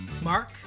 Mark